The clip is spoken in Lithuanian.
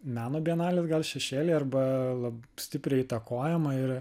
meno bienalės gal šešėly arba lab stipriai įtakojama ir